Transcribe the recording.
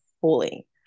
fully